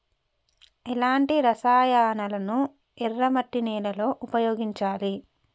ఎలాంటి రసాయనాలను ఎర్ర మట్టి నేల లో ఉపయోగించాలి?